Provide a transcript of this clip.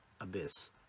abyss